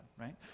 Right